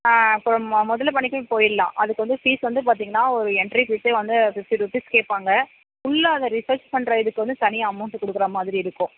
ஆ இப்போ முதல்ல மணிப்பூர் போயிட்லான் அதுக்கு வந்து ஃபீஸ் வந்து பார்த்திங்ன்னா ஒரு என்ட்ரி ஃபீசே வந்து ஃபிப்ட்டி ருப்பீஸ் கேட்பாங்க உள்ள அதை ரிசர்ச் பண்ணுற இதுக்கு வந்து தனியாக அமௌண்ட்டு கொடுக்குறமாதிரி இருக்கும்